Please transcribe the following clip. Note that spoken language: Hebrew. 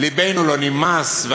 לבנו לא נמס.